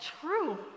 true